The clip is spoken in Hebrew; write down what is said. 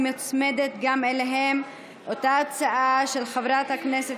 מוצמדת אליהם אותה הצעה של חברת הכנסת